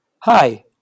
Hi